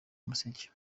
umuseke